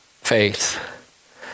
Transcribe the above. Faith